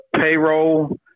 payroll